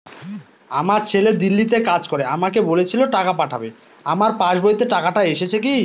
আমার ছেলে দিল্লীতে কাজ করে আমাকে বলেছিল টাকা পাঠাবে আমার পাসবইতে টাকাটা এসেছে কি?